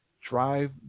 drive